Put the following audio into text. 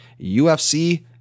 UFC